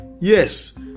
Yes